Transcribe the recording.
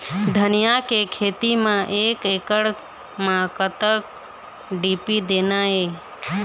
धनिया के खेती म एक एकड़ म कतक डी.ए.पी देना ये?